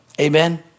Amen